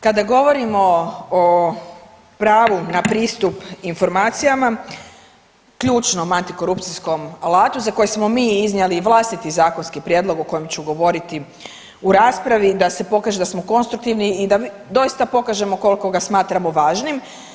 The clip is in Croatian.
Kada govorimo o pravu na pristup informacijama ključnom antikorupcijskom alatu za koji smo mi iznijeli vlastiti zakonski prijedlog o kojem ću govoriti u raspravi, da se pokaže da smo konstruktivni i da doista pokažemo koliko ga smatramo važnim.